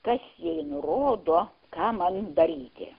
kas jai nurodo ką man daryti